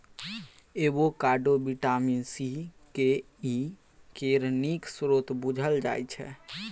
avocado vitamin C, K, E केर नीक स्रोत बुझल जाइ छै